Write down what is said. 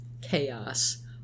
chaos